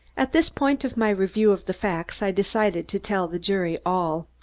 at this point of my review of the facts i decided to tell the jury all.